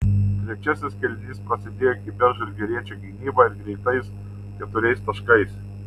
trečiasis kėlinys prasidėjo kibia žalgiriečių gynyba ir greitais keturiais taškais